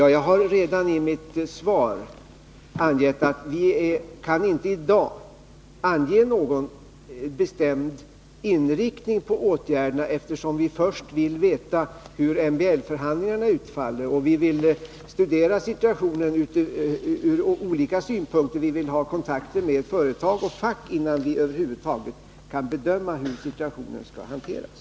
Jag har redan i mitt svar anfört att vi inte i dag kan ange någon bestämd inriktning på åtgärderna, eftersom vi först vill veta hur MBL förhandlingarna utfaller och studera situationen ur olika synpunkter. Vi vill ha kontakter med företag och fack innan vi över huvud taget kan bedöma hur situationen skall hanteras.